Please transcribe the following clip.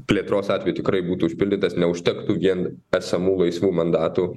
plėtros atveju tikrai būtų užpildytas neužtektų vien esamų laisvų mandatų